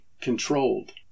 controlled